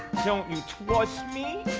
don't you twust me?